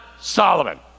Solomon